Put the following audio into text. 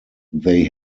they